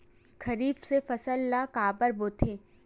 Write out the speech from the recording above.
खरीफ के फसल ला काबर बोथे?